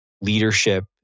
leadership